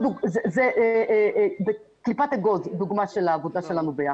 זה קליפת אגוז, דוגמא של העבודה שלנו ביחד.